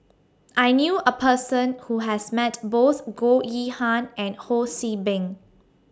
I knew A Person Who has Met Both Goh Yihan and Ho See Beng